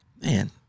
Man